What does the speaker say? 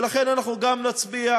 ולכן אנחנו גם נצביע,